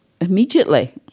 Immediately